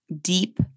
deep